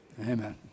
amen